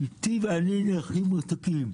--- ואני נכים רתוקים,